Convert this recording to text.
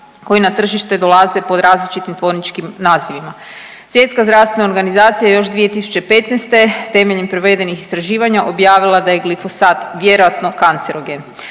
koji na tržište dolaze pod različitim tvorničkim nazivima. Svjetska zdravstvena organizacija još 2015. temeljem provedenih istraživanja objavila da je glifosat vjerojatno kancerogen.